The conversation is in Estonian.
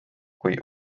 kui